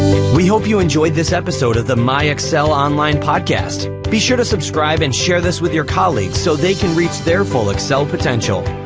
we hope you enjoyed this episode of the my excel online podcast. be sure to subscribe and share this with your colleagues. so, they can reach their full excel potential.